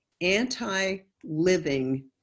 anti-living